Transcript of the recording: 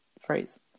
phrase